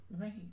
right